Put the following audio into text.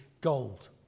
gold